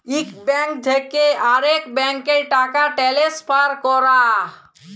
ইক ব্যাংক থ্যাকে আরেক ব্যাংকে টাকা টেলেসফার ক্যরা